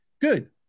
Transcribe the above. Good